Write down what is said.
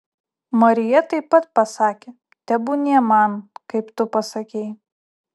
marija taip pat pasakė tebūnie man kaip tu pasakei